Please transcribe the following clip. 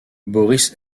boris